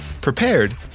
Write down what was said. prepared